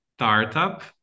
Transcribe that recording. Startup